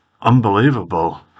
unbelievable